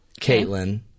Caitlin